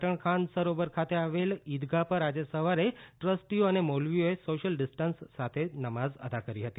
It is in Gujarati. પાટણ ખાન સરોવર ખાતે આવેલ ઈદગાહ પર આજે સવારે ટ્રસ્ટીઓ અને મૌલવીએ સોશિયલ ડિસ્ટન્સ સાથે નમાઝ અદા કરી હતી